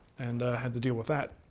and i had to deal with that.